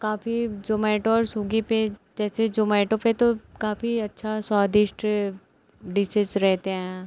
काफी ज़ोमैटो और सुग्गी पर जैसे जोमैटो पर तो काफी अच्छा स्वादिष्ट डिसेस रहते हैं